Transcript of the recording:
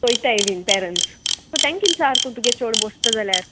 पोयताय बीन पेरंट्स सो तेंकिन चार तूं तुगे चोड बोसता जाल्यार